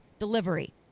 delivery